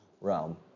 realm